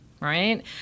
Right